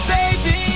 Baby